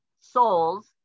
souls